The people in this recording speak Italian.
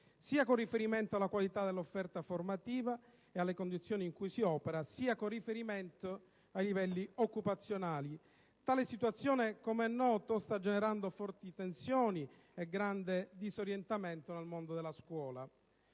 sia con riferimento alla qualità dell'offerta formativa e alle condizioni in cui si opera, sia con riferimento ai livelli occupazionali. Tale situazione, com'è noto, sta generando forti tensioni e grande disorientamento nel mondo della scuola.